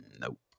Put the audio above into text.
Nope